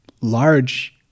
large